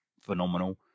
phenomenal